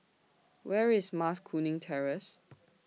Where IS Mas Kuning Terrace